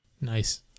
Nice